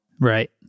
Right